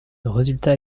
résultat